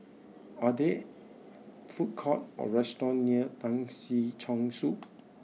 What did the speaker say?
are there food courts or restaurants near Tan Si Chong Su